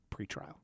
pretrial